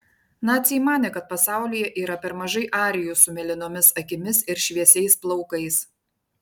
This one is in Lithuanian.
naciai manė kad pasaulyje yra per mažai arijų su mėlynomis akimis ir šviesiais plaukais